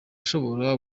ushobora